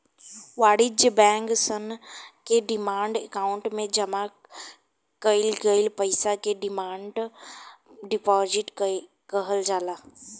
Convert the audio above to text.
वाणिज्य बैंक सन के डिमांड अकाउंट में जामा कईल गईल पईसा के डिमांड डिपॉजिट कहल जाला